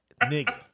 Nigga